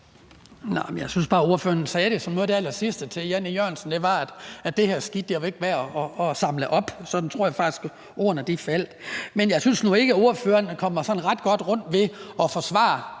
sagde til Jan E. Jørgensensom som noget af det allersidste, var, at det her skidt ikke var værd at samle op. Sådan tror jeg faktisk, at ordene faldt. Men jeg synes nu ikke, at ordføreren kommer sådan ret godt rundt ved at forsvare